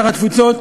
שר התפוצות,